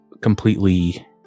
completely